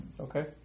Okay